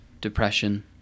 depression